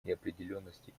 неопределенности